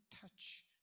touch